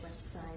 website